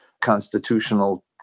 constitutional